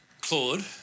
Claude